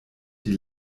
die